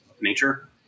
nature